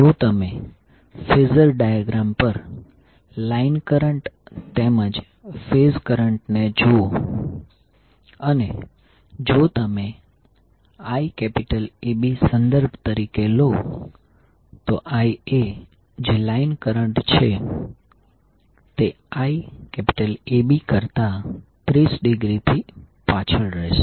જો તમે phasor diagram પર લાઈન કરંટ તેમજ ફેઝ કરંટ ને જુઓ અને જો તમે IAB સંદર્ભ તરીકે લો તો Ia જે લાઈન કરંટ છે તે IAB કરતાં 30 ડિગ્રીથી પાછળ રહેશે